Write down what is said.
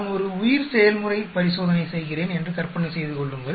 நான் ஒரு உயிர்செயல்முறை பரிசோதனை செய்கிறேன் என்று கற்பனை செய்து கொள்ளுங்கள்